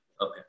Okay